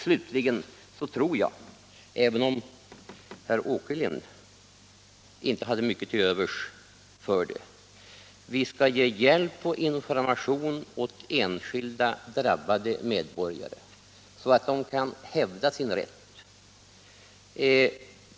Slutligen anser jag, även om herr Åkerlind inte hade mycket till övers för det, att vi skall ge hjälp och information åt drabbade enskilda medborgare så att de kan hävda sin rätt.